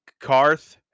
Karth